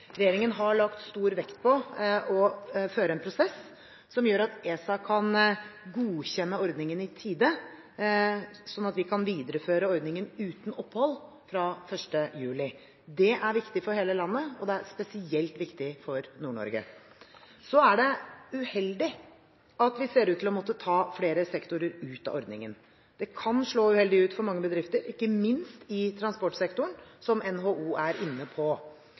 Regjeringen har lagt stor vekt på å føre en prosess som gjør at ESA kan godkjenne ordningen i tide til at vi kan videreføre ordningen uten opphold fra 1. juli. Det er viktig for hele landet, og det er spesielt viktig for Nord-Norge. Så er det uheldig at vi ser ut til å måtte ta flere sektorer ut av ordningen. Det kan slå uheldig ut for mange bedrifter, ikke minst i transportsektoren, som NHO er inne på.